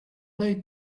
they